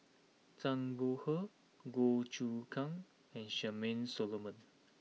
Zhang Bohe Goh Choon Kang and Charmaine Solomon